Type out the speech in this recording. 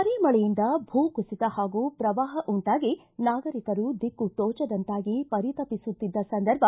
ಭಾರಿ ಮಳೆಯಿಂದ ಭೂಕುಸಿತ ಹಾಗೂ ಪ್ರವಾಹ ಉಂಟಾಗಿ ನಾಗರಿಕರು ದಿಕ್ಕು ತೋಚದಂತಾಗಿ ಪರಿತಪಿಸುತ್ತಿದ್ದ ಸಂದರ್ಭ